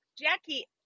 Jackie